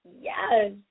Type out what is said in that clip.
yes